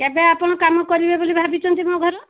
କେବେ ଆପଣ କାମ କରିବେ ବୋଲି ଭାବିଛନ୍ତି ମୋ ଘର